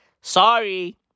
Sorry